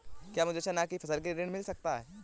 क्या मुझे चना की फसल के लिए ऋण मिल सकता है?